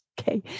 okay